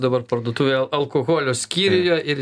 dabar parduotuvių alkoholio skyriuje ir